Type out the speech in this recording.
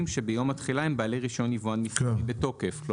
שביום התחילה הם בעלי רישיון יבואן מסחרי בתוקף.